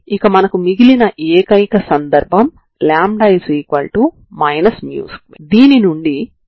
కాబట్టి మనం దీన్ని ఎలా చెయ్యాలో మీరు చూస్తారు